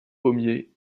pommier